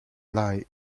lie